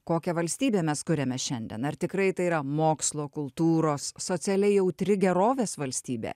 kokią valstybę mes kuriame šiandien ar tikrai tai yra mokslo kultūros socialiai jautri gerovės valstybė